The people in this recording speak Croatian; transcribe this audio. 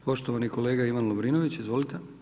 Poštovani kolega Ivan Lovrinović, izvolite.